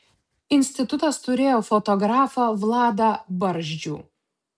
institutas turėjo fotografą vladą barzdžių